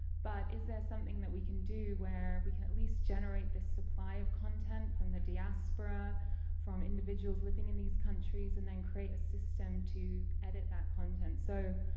but, is there something that we can do where we can at least generate this supply of content from the diaspora from individuals living in these countries and then create a system to edit that content? so,